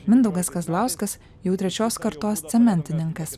mindaugas kazlauskas jau trečios kartos cementininkas